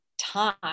time